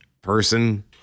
person